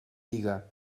diga